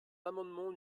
l’amendement